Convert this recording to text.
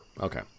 Okay